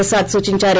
ప్రసాద్ సూచించారు